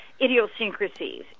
idiosyncrasies